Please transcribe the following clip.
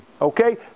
okay